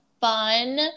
fun